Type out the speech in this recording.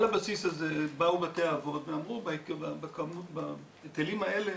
על הבסיס הזה באו בתי האבות ואמרו, בהיטלים האלה